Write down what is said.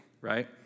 right